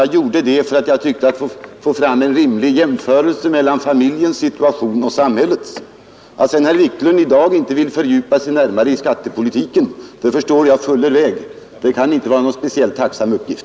Jag gjorde det för att få fram en rimlig jämförelse mellan familjens situation och samhällets. Att herr Wiklund i dag inte vill fördjupa sig närmare i skattepolitiken förstår jag fuller väl. Det kan inte vara någon speciellt tacksam uppgift.